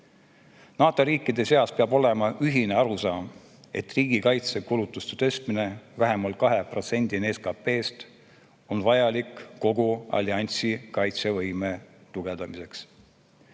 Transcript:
NATO riikide seas peab olema ühine arusaam, et riigikaitsekulutuste tõstmine vähemalt 2%-ni SKP-st on vajalik kogu alliansi kaitsevõime tugevdamiseks.